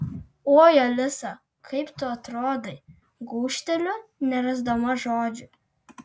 oi alisa kaip tu atrodai gūžteliu nerasdama žodžių